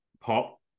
pop